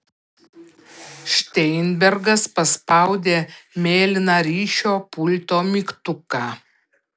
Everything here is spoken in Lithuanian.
šteinbergas paspaudė mėlyną ryšio pulto mygtuką